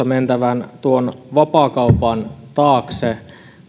mentävän tuon vapaakaupan taakse